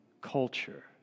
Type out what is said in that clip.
culture